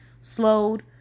slowed